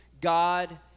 God